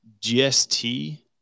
GST